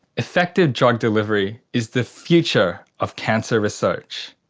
effective drug delivery is the future of cancer research.